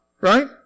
right